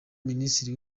minisitiri